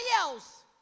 else